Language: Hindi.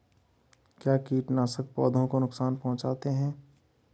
क्या कीटनाशक पौधों को नुकसान पहुँचाते हैं?